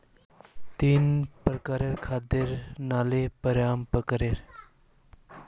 तीन प्रकारेर खाद्य प्रणालि पारंपरिक, आधुनिक आर मध्यवर्ती खाद्य प्रणालि छिके